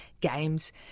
games